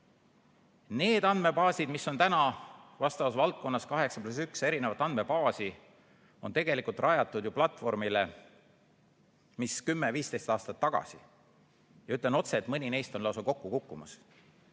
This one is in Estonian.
Need andmebaasid, mis on täna vastavas valdkonnas, 8 + 1 erinevat andmebaasi, on rajatud ju platvormile, mis oli 10–15 aastat tagasi. Ütlen otse, et mõni neist on lausa kokku kukkumas.